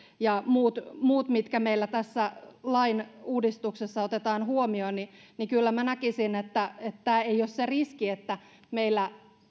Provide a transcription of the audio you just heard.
ja muut muut meillä tässä lain uudistuksessa otetaan huomioon ja kyllä minä näkisin että tämä ei ole se riski että meillä